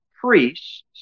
priests